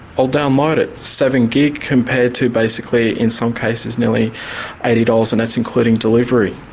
i'll download it, seven gig compared to basically in some cases nearly eighty dollars and that's including delivery.